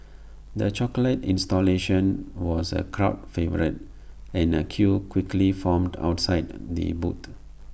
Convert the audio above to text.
the chocolate installation was A crowd favourite and A queue quickly formed outside the booth